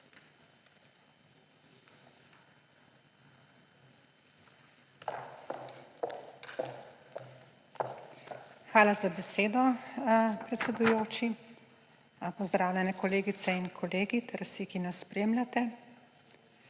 Hvala za besedo, predsedujoči. Pozdravljene kolegice in kolegi ter vsi, ki nas spremljate!